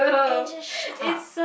and just shut up